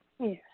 Yes